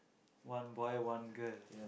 one boy one girl